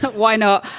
why not?